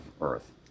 Earth